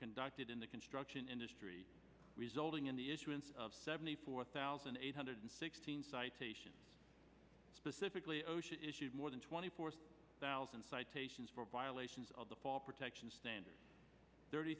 conducted in the construction industry resulting in the issuance of seventy four thousand eight hundred sixteen citations specifically osha issued more than twenty four thousand citations for violations of the fault protection standards thirty